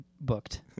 booked